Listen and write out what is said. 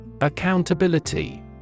accountability